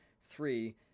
Three